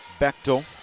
Bechtel